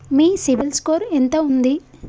మీ CIBIL score ఎంత ఉంది?